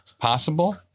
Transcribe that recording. possible